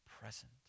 present